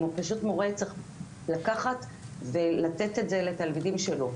פשוט מורה צריך לקחת ולתת את זה לתלמידים שלו,